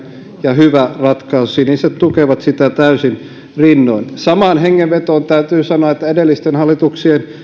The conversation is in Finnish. ja hyvä ratkaisu siniset tukevat sitä täysin rinnoin samaan hengenvetoon täytyy sanoa että edellisten hallituksien